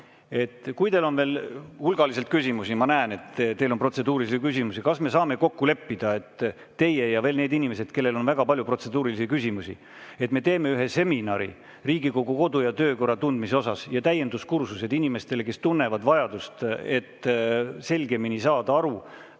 Kui teil on veel hulgaliselt küsimusi – ma näen, et teil on protseduurilisi küsimusi –, siis kas me saame kokku leppida, et teie ja need inimesed, kellel veel on väga palju protseduurilisi küsimusi, et me teeme ühe seminari Riigikogu kodu‑ ja töökorra tundmise kohta ning täienduskursused inimestele, kes tunnevad vajadust selgemini aru